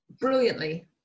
brilliantly